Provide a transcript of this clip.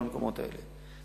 בכל המקומות האלה,